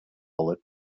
bullet